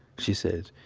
she says,